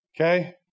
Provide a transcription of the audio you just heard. okay